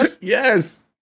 Yes